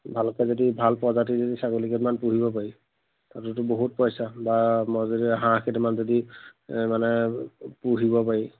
ভালকে যদি ভাল প্ৰজাতি যদি ছাগলীকেইটামমান পুহিব পাৰি তাততো বহুত পইচা বা মই যদি হাঁহ কেইটামান যদি মানে পুহিব পাৰি